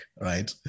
right